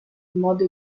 modo